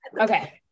Okay